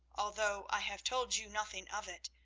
although i have told you nothing of it,